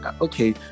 okay